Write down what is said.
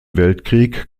weltkrieg